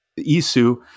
Isu